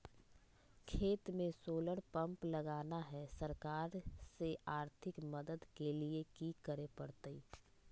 खेत में solar pump लगाना है, सरकार से आर्थिक मदद के लिए की करे परतय?